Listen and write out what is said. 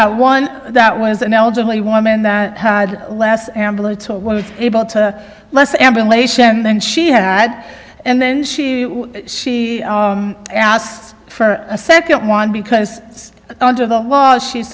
got one that was an elderly woman that had less ambulatory able to less ambulation then she had and then she she asked for a second one because under the law she's